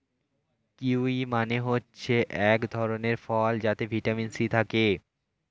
kiwi মানে হচ্ছে এক ধরণের ফল যাতে ভিটামিন সি থাকে